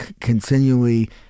continually